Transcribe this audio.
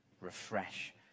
refresh